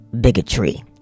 bigotry